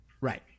Right